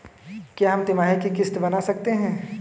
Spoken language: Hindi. क्या हम तिमाही की किस्त बना सकते हैं?